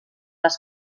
les